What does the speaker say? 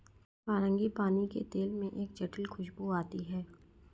frangipani के तेल में एक जटिल खूशबू आती है